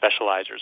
specializers